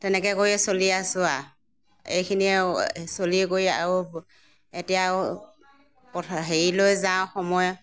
তেনেকৈ কৰিয়ে চলি আছোঁ আৰু এইখিনিয়ে চলি কৰি আৰু এতিয়া আৰু পথা হেৰিলৈ যাওঁ সময়ে